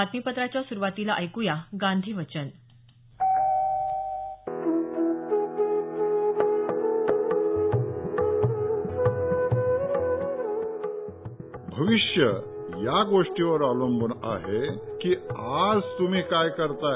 बातमीपत्राच्या सुरूवातीला गांधी वचन भविष्य या गोष्टीवर अवलंबून आहे की आज तुम्ही काय करताय